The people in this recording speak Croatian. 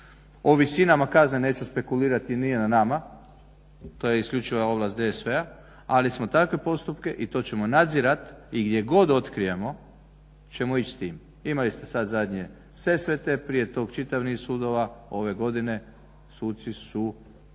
O visinama kazne neću spekulirati, nije na nama. To je isključiva ovlast DSV-a, ali smo takve postupke i to ćemo nadzirat i gdje god otkrijemo ćemo ići s tim. Imali ste sad zadnje Sesvete, prije tog čitav niz sudova. Ove godine suci su